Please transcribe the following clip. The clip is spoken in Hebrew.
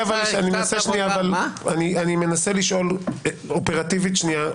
אני מנסה לשאול אופרטיבית שנייה,